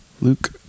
Luke